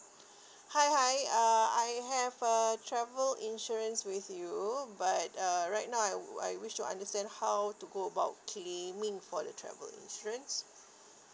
hi hi uh I have uh travel insurance with you but uh right now I w~ I wish to understand how to go about claiming for the travel insurance